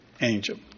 angel